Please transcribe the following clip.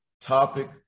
Topic